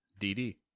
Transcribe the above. DD